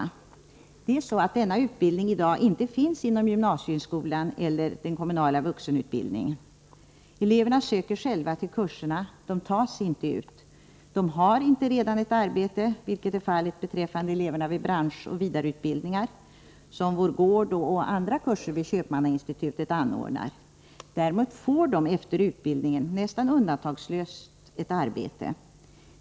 I dag finns inte denna utbildning inom gymnasieskolan eller den kommunala vuxenutbildningen. Eleverna söker själva till kurserna; de tas inte ut. De har inte redan ett arbete, vilket är fallet beträffande eleverna vid branschoch vidareutbildningar som anordnas av Vår gård och vid andra kurser hos Köpmannainstitutet. Däremot får dessa elever efter utbildningen nästan undantagslöst ett arbete.